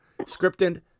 Scripted